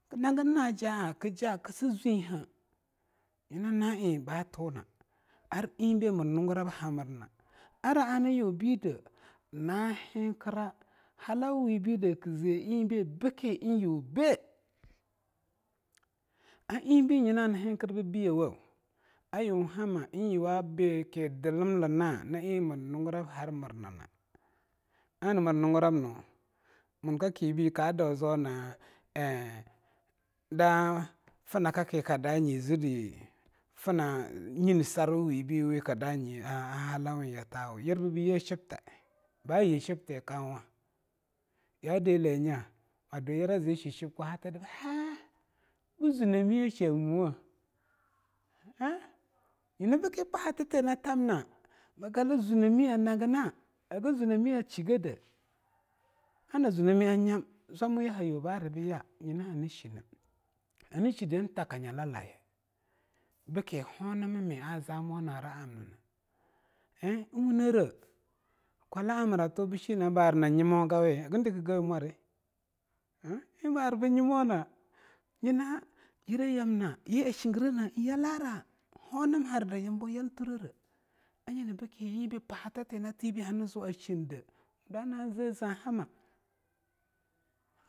knagna naja'a kja ksussussumme nyina na'a eing ba tuna. Ar eingbei mr nungurab hamirna ar hanyu bide an henthira halawawibi de kze eingbei bke n'yubei a eingbei nyina nhenthir bbiyowo, ayunhama n'yuwa bki zlmlna na eing mr nungurab harmrnna, ana mr nungurabno mulkakibei kadau zwawa na eing da fnakaki kdaneh zdi fna nyinidar wuwibei wikdanyi a halauya wibei yirba bye shibte ba yi shibte kauwa? ya deleh nya mdwiyira zai ashishibtna kwahata bh! b zunomi a shemwei? ea nyina bke pahatatenatmaa hag zunomi a shi gade, ana zunomi a nyam zwamuya hayuwei ba'ari b ya nyina hann shne a'nshidin takanya lalaye bke honammi a zamuwa nara'amnna n'wunere kwalaamira ato bshinwa bba ar na nyimmawa gawi hagandikgawi mwari? a eing ba ar bnyimona nyina yireyamna yi a shinreneh eing yalara ka honamharnda yambou yalturere a'nyina bke eingbei pahatate na tibei hanziu a shinde mdwa na ze'ea a zinhama